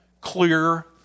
clear